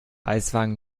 eiswagen